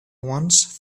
ones